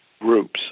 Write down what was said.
groups